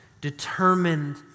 determined